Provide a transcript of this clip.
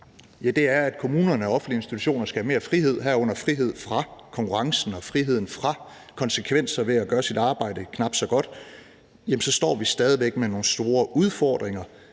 på, er, at kommuner og offentlige institutioner skal have mere frihed, herunder frihed fra konkurrencen og frihed fra konsekvenser ved at gøre sit arbejde knap så godt, så står vi stadig væk med nogle store udfordringer.